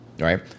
right